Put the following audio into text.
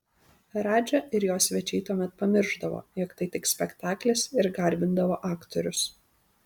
radža ir jo svečiai tuomet pamiršdavo jog tai tik spektaklis ir garbindavo aktorius